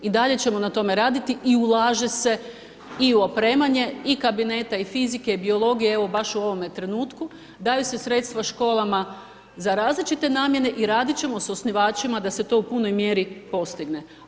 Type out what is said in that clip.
I dalje ćemo na tome raditi i ulaže se i opremanje i kabineta fizike i biologije, evo baš u ovome trenutku, daju se sredstva školama za različite namjene i raditi ćemo s osnivačima da se to u punoj mjeri postigne.